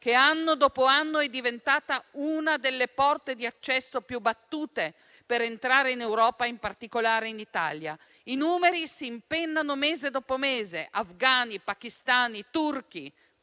che, anno dopo anno, è diventata una delle porte di accesso più battute per entrare in Europa e, in particolare, in Italia. I numeri si impennano mese dopo mese; afgani, pakistani, turchi